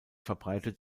verbreitet